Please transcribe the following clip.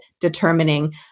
determining